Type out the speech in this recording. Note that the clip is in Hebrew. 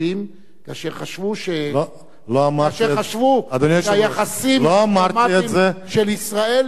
אשר חשבו שהיחסים הדיפלומטיים של ישראל לא מצדיקים.